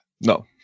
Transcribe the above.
no